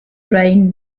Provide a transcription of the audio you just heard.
rhine